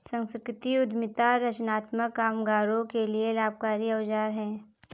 संस्कृति उद्यमिता रचनात्मक कामगारों के लिए लाभकारी औजार है